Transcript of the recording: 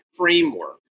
framework